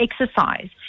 exercise